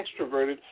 extroverted